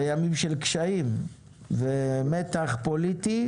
בימים של קשיים ומתח פוליטי.